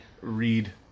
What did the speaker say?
Read